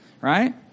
Right